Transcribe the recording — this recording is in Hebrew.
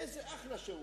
יש לי תאריכים,